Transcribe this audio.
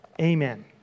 Amen